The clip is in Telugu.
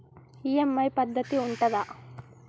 ఈ.ఎమ్.ఐ పద్ధతి ఉంటదా?